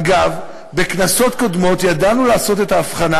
אגב, בכנסות קודמות ידענו לעשות את ההבחנה,